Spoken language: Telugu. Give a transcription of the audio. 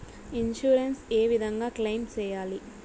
ఇన్సూరెన్సు ఏ విధంగా క్లెయిమ్ సేయాలి?